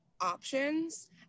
options